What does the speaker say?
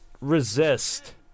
resist